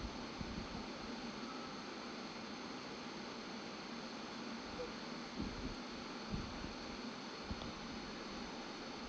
huh